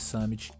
Summit